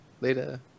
later